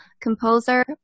composer